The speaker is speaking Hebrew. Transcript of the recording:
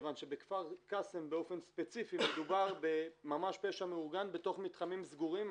כי בכפר קאסם באופן ספציפי מדובר ממש בפשע מאורגן בתוך מתחמים סגורים.